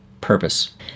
purpose